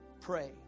Pray